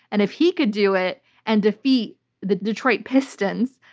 and if he could do it and defeat the detroit pistons,